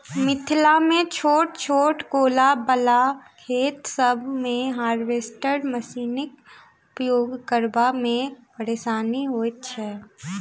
मिथिलामे छोट छोट कोला बला खेत सभ मे हार्वेस्टर मशीनक उपयोग करबा मे परेशानी होइत छै